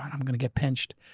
i'm going to get pinched.